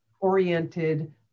oriented